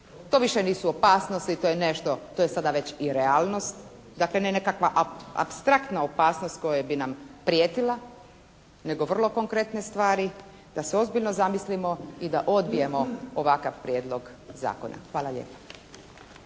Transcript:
To više nisu opasnosti, to je nešto, to je sada već i realnost. Dakle ne nekakva apstraktna opasnost koja bi nam prijetila nego vrlo konkretne stvari da se ozbiljno zamislimo i da odbijemo ovakav Prijedlog zakona. Hvala lijepa.